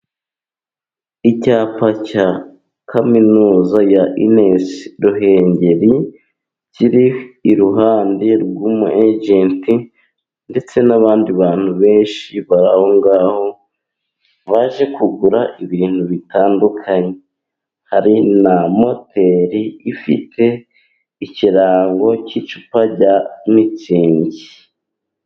Icyapa cya kaminuza ya inesi Ruhengeri, kiri iruhande rw'umuyejenti ndetse n'abandi bantu benshi bari ahongaho, baje kugura ibintu bitandukanye. Hari na moteri ifite ikirango cy'icupa rya mitsingi.